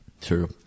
True